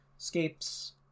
Escapes